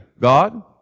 God